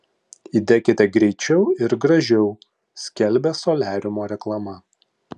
įdekite greičiau ir gražiau skelbia soliariumo reklama